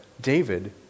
David